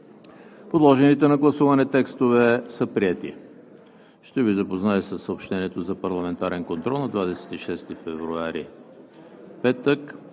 Подложените на гласуване текстове са приети. Ще Ви запозная със съобщенията за парламентарен контрол на 26 февруари 2021